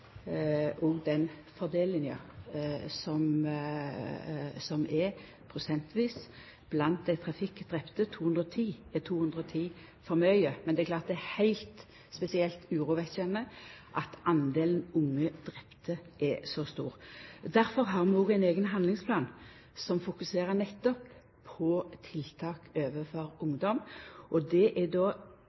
den prosentvise fordelinga av dei trafikkdrepne – 210 er 210 for mykje, men det er klart at det er heilt spesielt urovekkjande at delen av unge drepne er så stor. Difor har vi òg ein eigen handlingsplan som fokuserer nettopp på tiltak overfor ungdom. Det er tre forskjellige kategoriar. Det eine er